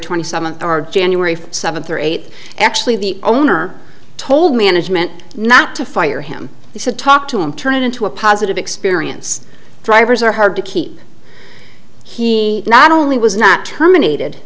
twenty seventh our january seventh or eight actually the owner told management not to fire him he said talk to him turn it into a positive experience drivers are hard to keep he not only was not terminated